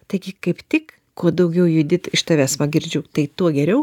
taigi kaip tik kuo daugiau judi t iš tavęs va girdžiu tai tuo geriau